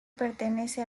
pertenece